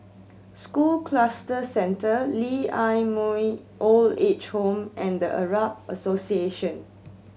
School Cluster Centre Lee Ah Mooi Old Age Home and The Arab Association